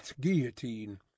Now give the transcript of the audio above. guillotine